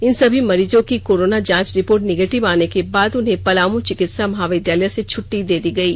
इन सभी मरीजों की कोरोना जांच रिपोर्ट निगेटिव आने के बाद उन्हें पलामू चिकित्सा महाविद्यालय से छट्टी दे दी गयी